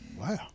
Wow